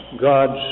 God's